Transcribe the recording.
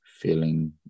feeling